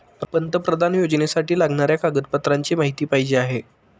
पंतप्रधान योजनेसाठी लागणाऱ्या कागदपत्रांची माहिती पाहिजे आहे